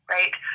Right